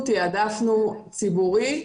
תעדפנו את המבנים הציבוריים,